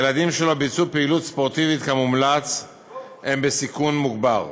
ילדים שלא ביצעו פעילות ספורטיבית כמומלץ הם בסיכון מוגבר,